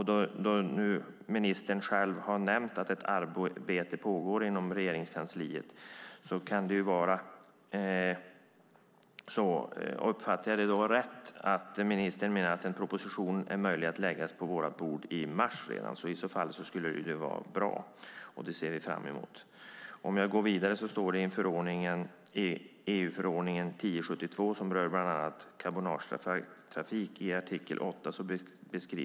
Ministern har själv nämnt att ett arbete pågår inom Regeringskansliet. Uppfattar jag det rätt att ministern menar att det är möjligt att lägga en proposition på vårt bord redan i mars? I så fall skulle det vara bra, och det ser vi fram emot. Om jag går vidare finns EU-parlamentets och rådets förordning EG nr 1072/2009 som berör bland annat cabotagetrafik i artikel 8.